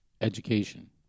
education